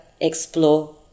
explore